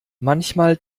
manchmal